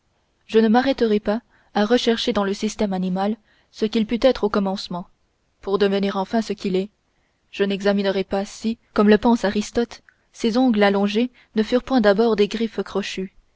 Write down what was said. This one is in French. je ne m'arrêterai pas à rechercher dans le système animal ce qu'il put être au commencement pour devenir enfin ce qu'il est je n'examinerai pas si comme le pense aristote ses ongles allongés ne furent point d'abord des griffes crochues